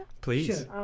please